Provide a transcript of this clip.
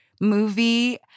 movie